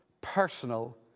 personal